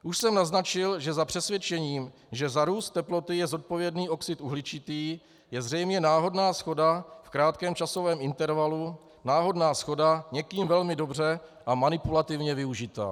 Už jsem naznačil, že za přesvědčením, že za růst teploty je zodpovědný oxid uhličitý, je zřejmě náhodná shoda v krátkém časovém intervalu, náhodná shoda někým velmi dobře a manipulativně využitá.